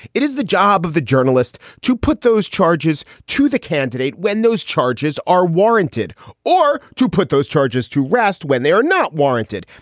it is the job of the journalist to put those charges to the candidate when those charges are warranted or to put those charges to rest when they are not warranted.